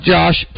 Josh